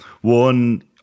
One